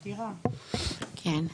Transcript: כן.